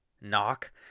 knock